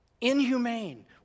inhumane